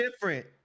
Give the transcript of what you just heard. different